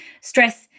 stress